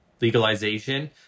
legalization